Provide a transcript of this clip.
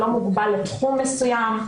לא מוגבל לתחום מסוים,